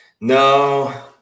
No